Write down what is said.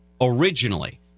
originally